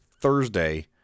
Thursday